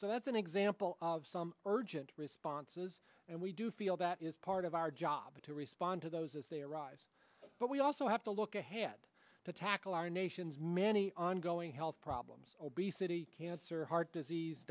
so that's an example of some urgent responses and we do feel that is part of our job to respond to those as they arise but we also have to look ahead to tackle our nation's many ongoing health problems obesity cancer heart disease